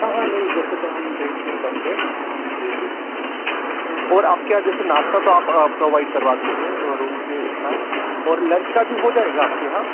हाँ हाँ नहीं वैसे तो हम ड्रिंक नहीं करते जी जी और आपके यहाँ जैसे नाश्ता तो आप प्रोवाइड करवा दोगे और रूम के साथ और लंच का भी हो जाएगा आपके यहाँ